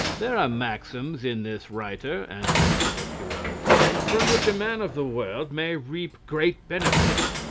there are maxims in this writer, answered pococurante, from which a man of the world may reap great benefit,